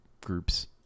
groups